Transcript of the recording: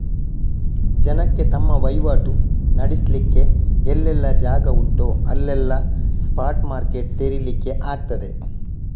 ಜನಕ್ಕೆ ತಮ್ಮ ವೈವಾಟು ನಡೆಸ್ಲಿಕ್ಕೆ ಎಲ್ಲೆಲ್ಲ ಜಾಗ ಉಂಟೋ ಅಲ್ಲೆಲ್ಲ ಸ್ಪಾಟ್ ಮಾರ್ಕೆಟ್ ತೆರೀಲಿಕ್ಕೆ ಆಗ್ತದೆ